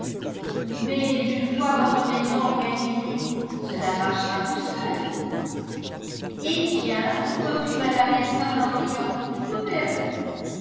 mais une fois votre maison organisée cela marchera tout seul eh bien reprit mme elton en riant nous verrons